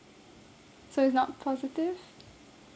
so it's not positive